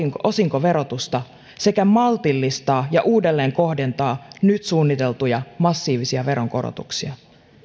osinkoverotusta sekä maltillistaa ja uudelleen kohdentaa nyt suunniteltuja massiivisia veronkorotuksia